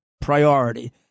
priority